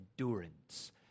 endurance